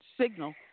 signal